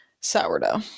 sourdough